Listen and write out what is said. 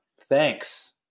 thanks